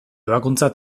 ebakuntza